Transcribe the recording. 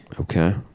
Okay